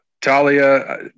Talia